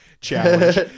challenge